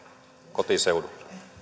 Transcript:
kotiseudulle